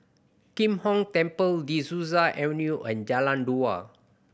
Kim Hong Temple De Souza Avenue and Jalan Dua